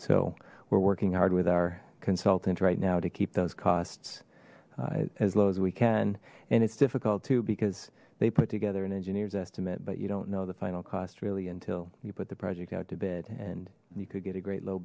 so we're working hard with our consultant right now to keep those costs as low as we can and it's difficult to because they put together an engineer's estimate but you don't know the final cost really until you put the project out to bed and you could get a great l